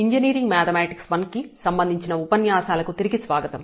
engineering mathematics I కి సంబంధించిన ఉపన్యాసాలకు తిరిగి స్వాగతం